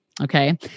Okay